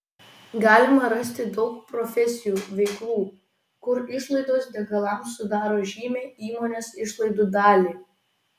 galima rasti daug profesijų veiklų kur išlaidos degalams sudaro žymią įmonės išlaidų dalį